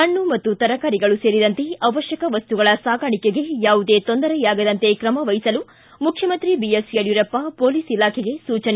ಹಣ್ಣು ಮತ್ತು ತರಕಾರಿಗಳು ಸೇರಿದಂತೆ ಅವಶ್ಯಕ ವಸ್ನುಗಳ ಸಾಗಾಣಿಕೆಗೆ ಯಾವುದೇ ತೊಂದರೆಯಾಗದಂತೆ ಕ್ರಮ ವಹಿಸಲು ಮುಖ್ಯಮಂತ್ರಿ ಪೊಲೀಸ್ ಇಲಾಖೆಗೆ ಸೂಚನೆ